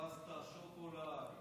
פסטה, שוקולד.